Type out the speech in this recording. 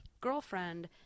girlfriend